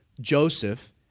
Joseph